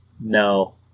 no